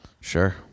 Sure